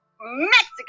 Mexico